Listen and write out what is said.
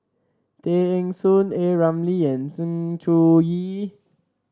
Tay Eng Soon A Ramli and Sng Choon Yee